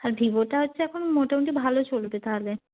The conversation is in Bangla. আর ভিভোটা হচ্ছে এখন মোটামুটি ভাল চলবে তাহলে